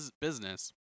business